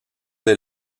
dès